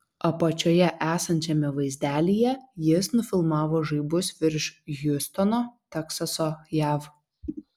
apačioje esančiame vaizdelyje jis nufilmavo žaibus virš hjustono teksaso jav